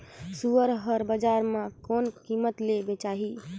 सुअर हर बजार मां कोन कीमत ले बेचाही?